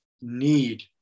Need